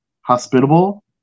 hospitable